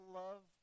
love